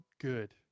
good